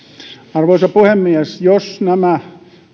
arvoisa puhemies jos nämä